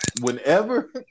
whenever